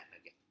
again